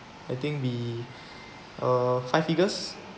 I think be uh five figures